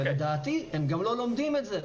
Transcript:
ולדעתי הם גם לא לומדים את זה,